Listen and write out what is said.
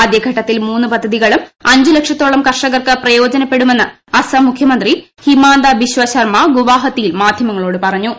ആദ്യഘട്ടത്തിൽ മൂന്ന് പദ്ധതികളും അഞ്ച് ലക്ഷത്തോളം കർഷകർക്ക് പ്രയോജനപ്പെടുമെന്ന് അസ്സം മുഖ്യമന്ത്രി ഹിമാന്ത ബിശ്വ ശർമ്മ ഗുവാഹട്ടിയിൽ മാദ്ധ്യമങ്ങളോട് പറഞ്ഞു